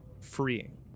freeing